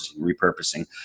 repurposing